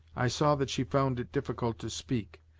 i saw that she found it difficult to speak.